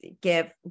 Give